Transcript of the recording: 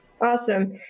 Awesome